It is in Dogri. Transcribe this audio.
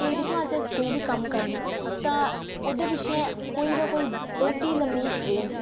ते दिक्खोआं अज्ज अस कोई बी कम्म करने तां ओह्दे पिच्छें कोई ना कोई बड्डी लम्मी हिस्ट्री होंदी